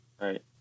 Right